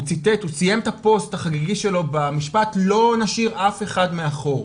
הוא סיים את הפוסט החגיגי שלו במשפט "לא נשאיר אף אחד מאחור".